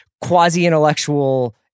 quasi-intellectual